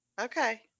Okay